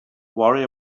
worry